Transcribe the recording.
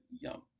yum